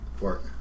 work